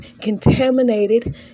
contaminated